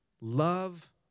Love